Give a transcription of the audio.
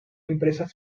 empresas